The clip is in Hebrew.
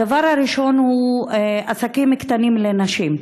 הדבר הראשון הוא עסקים קטנים לנשים.